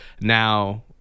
Now